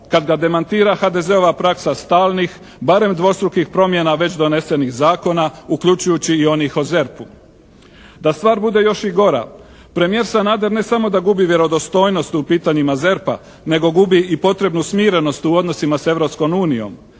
kad ga demantira HDZ-ova praksa stalnih, barem dvostrukih promjena već donesenih zakona uključujući i onih o ZERP-u. Da stvar bude još i gora premijer Sanader ne da gubi vjerodostojnost u pitanjima ZERP-a nego gubi i potrebnu smirenost u odnosima sa